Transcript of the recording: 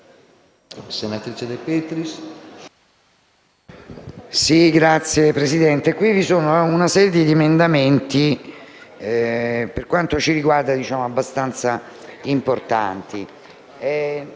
senatrice De Petris